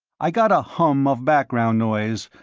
i got a hum of background noise,